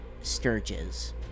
Sturges